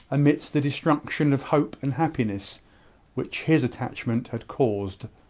amidst the destruction of hope and happiness which his attachment had caused.